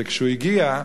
וכשהוא הגיע,